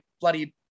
bloody